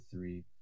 three